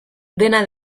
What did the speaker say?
dena